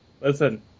Listen